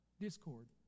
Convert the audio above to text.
discord